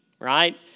right